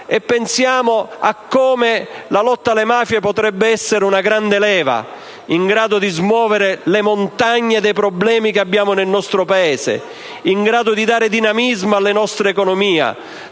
pensiamo a come la lotta alle mafie potrebbe essere una grande leva in grado di smuovere le montagne dei problemi che abbiamo nel nostro Paese e di dare dinamismo alla nostra economia.